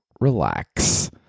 relax